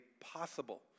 possible